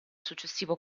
successivo